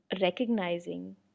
recognizing